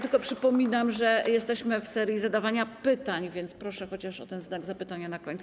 Tylko przypominam, że jesteśmy w serii zadawania pytań, więc proszę chociaż o ten znak zapytania na końcu.